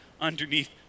underneath